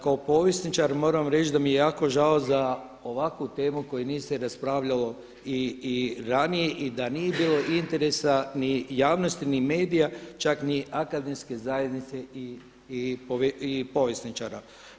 Kao povjesničar moram vam reći da mi je jako žao za ovakvu temu koju se nije raspravljalo i ranije i da nije bilo interesa ni javnosti, ni medija, čak ni akademske zajednice i povjesničara.